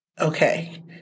Okay